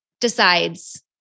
decides